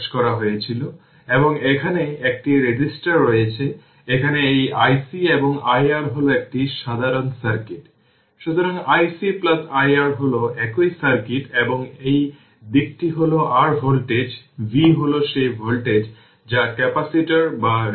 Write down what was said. time constant ছোট বা বড় যাই হোক না কেন সার্কিটটি t 5 τ এ স্টিডি অবস্থায় পৌঁছায় কারণ এটি 1 শতাংশের কম